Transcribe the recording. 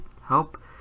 help